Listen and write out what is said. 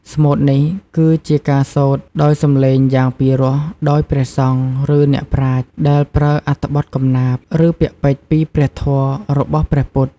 ស្មូតនេះគឺជាការសូត្រដោយសំឡេងយ៉ាងពីរោះដោយព្រះសង្ឃ ឬអ្នកប្រាជ្ញ ដែលប្រើអត្ថបទកំណាព្យ ឬពាក្យពេចន៍ពីព្រះធម៌របស់ព្រះពុទ្ធ។